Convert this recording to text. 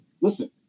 Listen